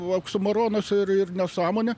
oksimoronas ir ir nesąmonė